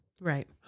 Right